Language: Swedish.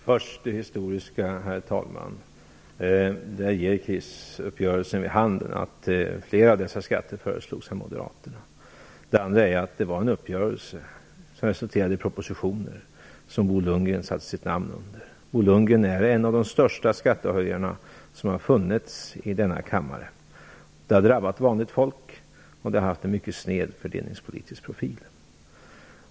Herr talman! Först det historiska. Krisuppgörelsen ger vid handen att flera av dessa skatter föreslogs av Moderaterna. Det var dessutom en uppgörelse som resulterade i propositioner som Bo Lundgren satte sitt namn under. Bo Lundgren är en av de största skattehöjarna som har funnits i denna kammare. Det har drabbat vanligt folk, och den fördelningspolitiska profilen har varit mycket sned.